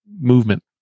movement